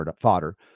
fodder